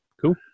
Cool